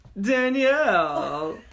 Danielle